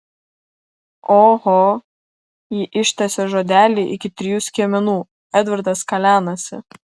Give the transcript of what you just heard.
oho ji ištęsė žodelį iki trijų skiemenų edvardas kalenasi